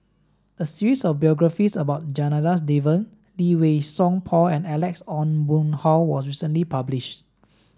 a series of biographies about Janadas Devan Lee Wei Song Paul and Alex Ong Boon Hau was recently published